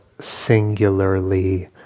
singularly